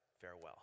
Farewell